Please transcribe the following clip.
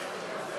סיעת יש עתיד להביע